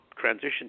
transition